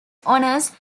honors